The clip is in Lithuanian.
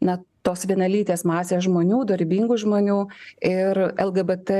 na tos vienalytės masės žmonių dorybingų žmonių ir lgbt